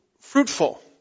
fruitful